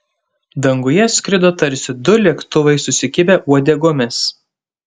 danguje skrido tarsi du lėktuvai susikibę uodegomis